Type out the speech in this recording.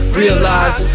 realize